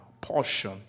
portion